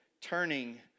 turning